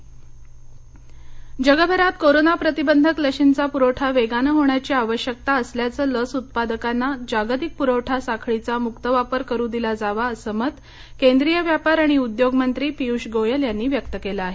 गोयल चर्चा जगभरात कोरोना प्रतिबंधक लशींचा प्रवठा वेगानं होण्याची आवश्यकता असल्यानं लस उत्पादकांना जागतिक पुरवठा साखळीचा मुक्त वापर करू दिला जावा असं मत केंद्रीय व्यापार आणि उद्योग मंत्री पिय्ष गोयल यांनी व्यक्त केलं आहे